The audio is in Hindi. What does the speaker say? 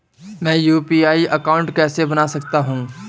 मैं यू.पी.आई अकाउंट कैसे बना सकता हूं?